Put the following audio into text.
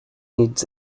needs